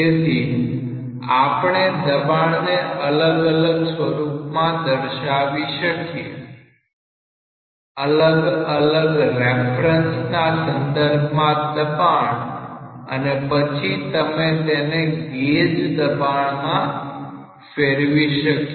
તેથી આપણે દબાણને અલગ અલગ સ્વરૂપમાં દર્શાવી શકીએ અલગ અલગ રેફરન્સના સંદર્ભમાં દબાણ અને પછી તમે તેને ગેજ દબાણમાં ફેરવી શકીએ